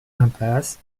impasse